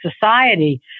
society